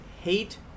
hate